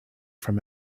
from